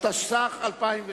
התשס”ט